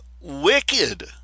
wicked